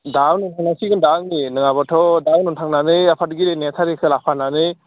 दा लिंहरनांसिगोनदां नै नोङाब्लाथ' दा उनाव थांनानै आफादगिरि नेहाथारिखो लाफानानै